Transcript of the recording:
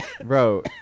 bro